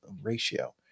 ratio